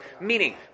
Meaning